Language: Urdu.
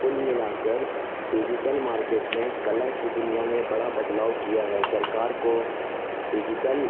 کل ملا کر ڈیجیٹل مارکیٹ نے کلا کی دنیا میں بڑا بدلاؤ کیا ہے سرکار کو ڈیجیٹل